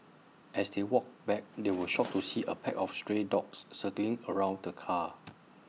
as they walked back they were shocked to see A pack of stray dogs circling around the car